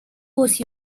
was